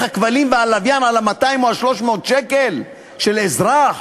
הכבלים והלוויין על 300-200 שקל של אזרח